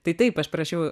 tai taip aš parašiau